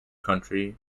country